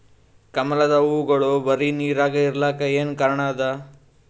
ಕಮಲದ ಹೂವಾಗೋಳ ಬರೀ ನೀರಾಗ ಇರಲಾಕ ಏನ ಕಾರಣ ಅದಾ?